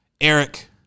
Eric